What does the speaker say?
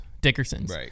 Dickerson's